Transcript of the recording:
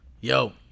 yo